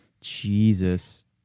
Jesus